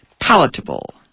palatable